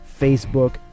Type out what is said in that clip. Facebook